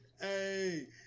Hey